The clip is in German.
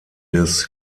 des